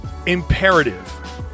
Imperative